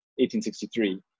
1863